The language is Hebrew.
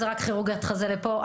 זו רק כירורגית חזה אז לפה,